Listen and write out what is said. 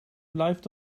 blijft